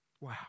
Wow